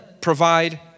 provide